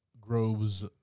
Groves